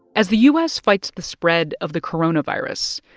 as the u s. fights the spread of the coronavirus,